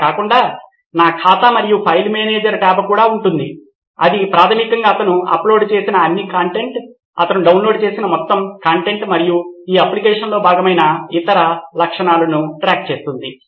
అలా కాకుండా నా ఖాతా మరియు ఫైల్ మేనేజర్ టాబ్ కూడా ఉంటుంది ఇది ప్రాథమికంగా అతను అప్లోడ్ చేసిన అన్ని కంటెంట్ అతను డౌన్లోడ్ చేసిన మొత్తం కంటెంట్ మరియు ఈ అప్లికేషన్లో భాగమైన అన్ని ఇతర లక్షణాలను ట్రాక్ చేస్తుంది